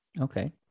Okay